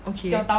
okay